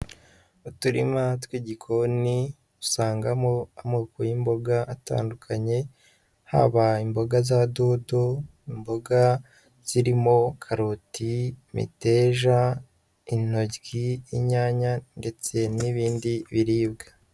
Uturima tw'igikoni, usangamo amoko y'imboga atandukanye, haba imboga za dodo, imboga zirimo karoti, imiteja, intoryi, inyanya, ndetse n'ibindi biribwa.